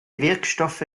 wirkstoffe